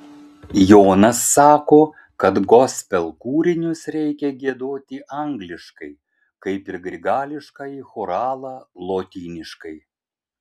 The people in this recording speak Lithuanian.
jonas sako kad gospel kūrinius reikia giedoti angliškai kaip ir grigališkąjį choralą lotyniškai